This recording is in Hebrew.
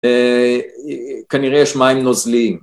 כנראה יש מים נוזליים